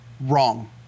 wrong